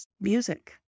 music